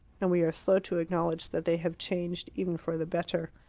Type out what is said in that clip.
and we are slow to acknowledge that they have changed, even for the better.